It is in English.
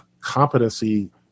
competency